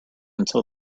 until